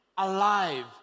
Alive